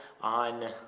on